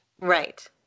Right